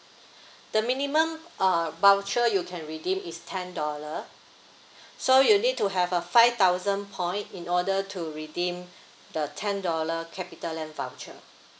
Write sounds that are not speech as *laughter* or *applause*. *breath* the minimum uh voucher you can redeem is ten dollar *breath* so you need to have a five thousand point in order to redeem *breath* the ten dollar Capitaland voucher